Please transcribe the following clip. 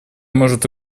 может